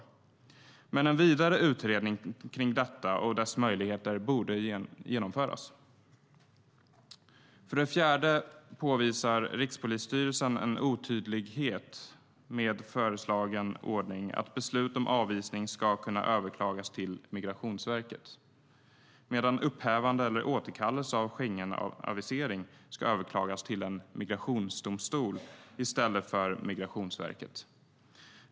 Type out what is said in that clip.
Men det borde genomföras en vidare utredning kring detta och dess möjligheter. För det fjärde påvisar Rikspolisstyrelsen en otydlighet i den föreslagna ordningen att beslut om avvisning ska kunna överklagas till Migrationsverket medan upphävande eller återkallelse av Schengenavisering ska överklagas till en migrationsdomstol i stället för Migrationsverket.